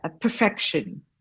perfection